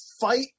fight